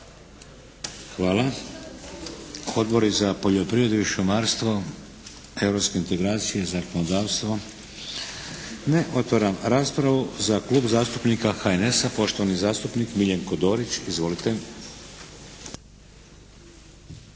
Hvala. Odbori za poljoprivredu i šumarstvo? Europske integracije? Zakonodavstvo? Ne. Otvaram raspravu. Za Klub zastupnika HNS-a poštovani zastupnik Miljenko Dorić. Izvolite!